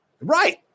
Right